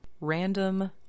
Random